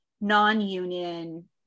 non-union